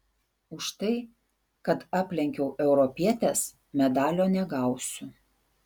už tai kad aplenkiau europietes medalio negausiu